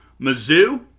Mizzou